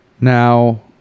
now